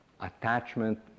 attachment